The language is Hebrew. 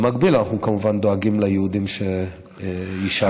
במקביל אנחנו כמובן דואגים ליהודים שיישארו בצרפת.